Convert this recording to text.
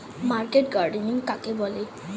Market gardening কাকে বলে?